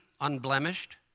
unblemished